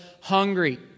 hungry